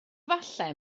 falle